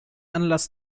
anlass